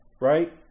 Right